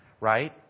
Right